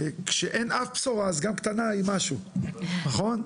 כשאין אף בשורה, אז גם קטנה היא משהו, נכון?